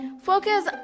focus